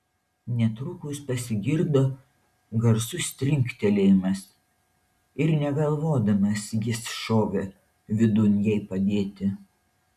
netrukus pasigirdo garsus trinktelėjimas ir negalvodamas jis šovė vidun jai padėti